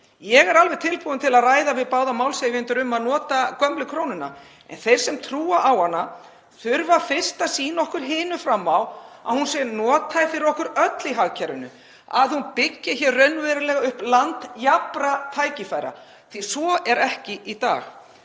Ég er alveg tilbúin til að ræða við báða málshefjendur um að nota gömlu krónuna en þeir sem trúa á hana þurfa fyrst að sýna okkur hinum fram á að hún sé nothæf fyrir okkur öll í hagkerfinu, að hún byggi hér raunverulega upp land jafnra tækifæra, því að svo er ekki í dag.